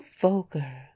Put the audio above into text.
vulgar